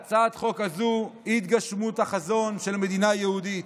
הצעת החוק הזאת היא התגשמות החזון של המדינה היהודית: